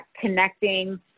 connecting